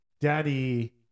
Daddy